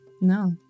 no